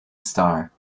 star